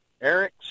Eric